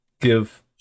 give